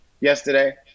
yesterday